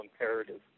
imperative